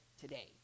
today